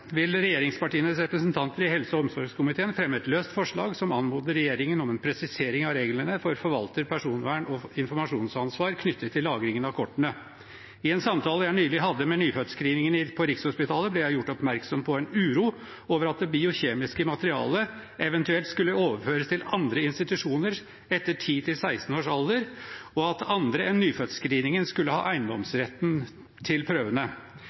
vil regjeringspartienes representanter i helse- og omsorgskomiteen fremme et løst forslag som anmoder regjeringen om en presisering av reglene for forvalter-, personvern- og informasjonsansvar knyttet til lagring av kortene. I en samtale jeg nylig hadde med Nyfødtscreeningen på Rikshospitalet, ble jeg gjort oppmerksom på en uro over at det biokjemiske materialet eventuelt skulle overføres til andre institusjoner etter 10–16 år, og at andre enn Nyfødtscreeningen skulle ha eiendomsretten til prøvene.